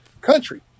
country